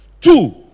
Two